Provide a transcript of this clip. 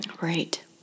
Right